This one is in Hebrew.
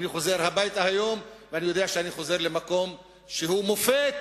אני חוזר הביתה היום ואני יודע שאני חוזר למקום שהוא מופת